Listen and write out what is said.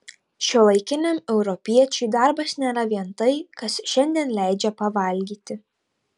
šiuolaikiniam europiečiui darbas nėra vien tai kas šiandien leidžia pavalgyti